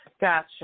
Gotcha